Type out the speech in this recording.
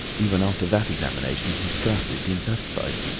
even after that examination, he scarcely seemed satisfied.